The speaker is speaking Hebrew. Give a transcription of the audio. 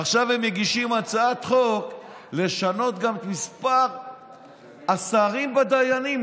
עכשיו הם מגישים הצעת חוק לשנות גם את מספר השרים בוועדת הדיינים.